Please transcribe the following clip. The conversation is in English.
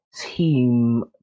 team